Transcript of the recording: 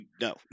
no